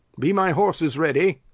be my horses ready?